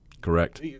Correct